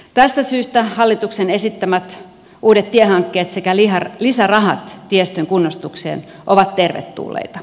tästä syystä hallituksen esittämät uudet tiehankkeet sekä lisärahat tiestön kunnostukseen ovat tervetulleita